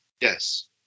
Yes